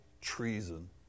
treason